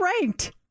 ranked